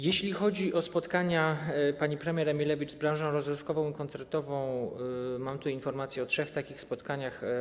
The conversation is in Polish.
Jeśli chodzi o spotkania pani premier Emilewicz z branżą rozrywkową i koncertową, to mam informacje o trzech takich spotkaniach.